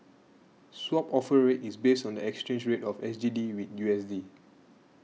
Swap Offer Rate is based on the exchange rate of S G D with U S D